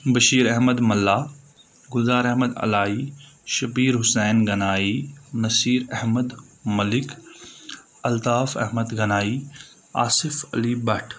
بشیٖر احمد ملا گُلزار احمد علایہِ شبیٖر حُسین گنایی نصیٖر احمد ملِک الطاف احمد گنایی عاصف علی بٹھ